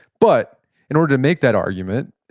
but in order to make that argument,